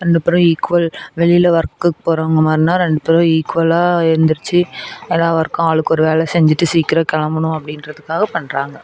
ரெண்டு பேரும் ஈக்குவல் வெளியில் ஒர்க்குக்கு போறவங்க மாதிரினா ரெண்டு பேரும் ஈக்குவல்லாக எழுந்திருச்சி எல்லா வொர்க்கும் ஆளுக்கு ஒரு வேலை செஞ்சுட்டு சீக்கிரம் கிளம்பணும் அப்படீன்றதுக்காக பண்ணுறாங்க